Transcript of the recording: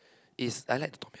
is I like the tom-yum